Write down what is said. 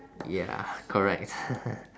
ya correct